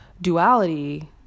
duality